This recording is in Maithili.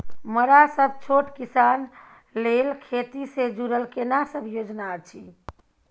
मरा सब छोट किसान लेल खेती से जुरल केना सब योजना अछि?